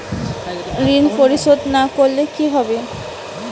ঋণ পরিশোধ না করলে কি হবে?